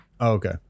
okay